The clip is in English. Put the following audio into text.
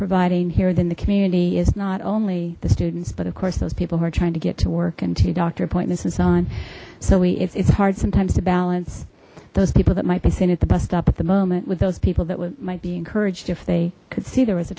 providing here then the community is not only the students but of course those people who are trying to get to work and to doctor appointments and so on so we it's hard sometimes to balance those people that might be seen at the bus stop at the moment with those people that would might be encouraged if they could see there was a